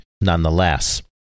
nonetheless